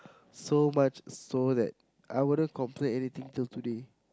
so much so that I wouldn't complain anything till today